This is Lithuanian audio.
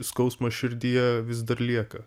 skausmas širdyje vis dar lieka